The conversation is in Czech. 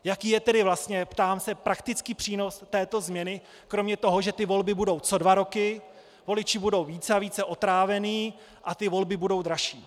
Jaký je tedy vlastně, ptám se, praktický přínos této změny kromě toho, že volby budou co dva roky, voliči budou víc a víc otrávení a volby budou dražší?